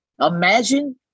imagine